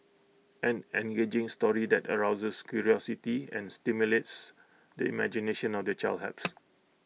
an engaging story that arouses curiosity and stimulates the imagination of the child helps